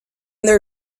their